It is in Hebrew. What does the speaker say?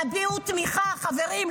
תביעו תמיכה, חברים.